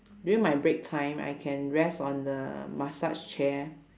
during my break time I can rest on the massage chair